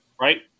right